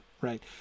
right